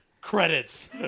Credits